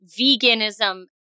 veganism